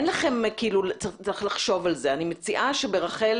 זה לא שצריך לחשוב על זה אלא אני מציעה שברח"ל